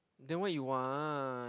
then what you want